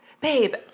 Babe